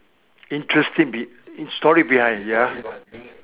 interesting be~ story behind ya